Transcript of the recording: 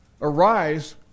Arise